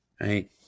right